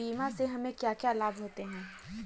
बीमा से हमे क्या क्या लाभ होते हैं?